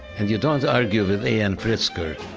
and you don't argue with a n. pritzker.